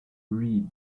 read